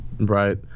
Right